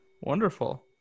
Wonderful